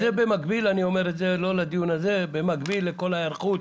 זה במקביל לכל ההיערכות,